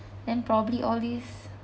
then probably all this